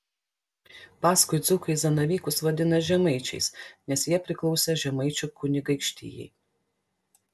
paskui dzūkai zanavykus vadina žemaičiais nes jie priklausė žemaičių kunigaikštijai